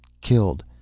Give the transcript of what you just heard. killed